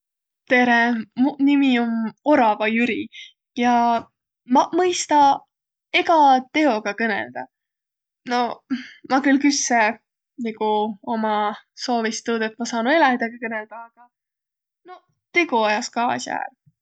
Tere! Muq nimi om Orava Jüri ja maq mõista egä teoga kõnõldaq. No, hm, ma külh küsse nigu uma soovis, et ma saanuq eläjidega kõnõldaq. Aga noq, tigo ajas ka as'a ärq.